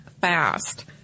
fast